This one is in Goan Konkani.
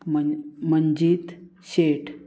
मन मंजीत शेट